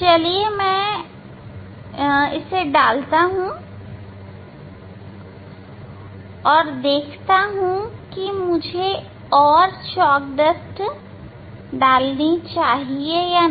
चलिए मैं जांच करता हूं कि क्या मुझे और चॉक डस्ट डालनी चाहिए या नहीं